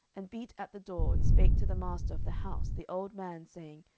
and beat at the door, and spake to the master of the house, the old man, saying,